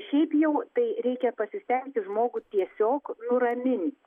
šiaip jau tai reikia pasistengi žmogų tiesiog nuraminti